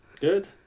Good